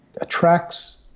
attracts